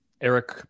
Eric